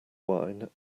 wine